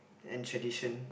and tradition